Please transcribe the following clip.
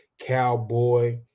Cowboy